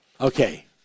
Okay